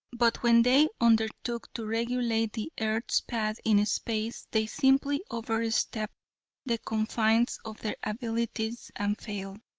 but when they undertook to regulate the earth's path in space they simply over-stepped the confines of their abilities and failed.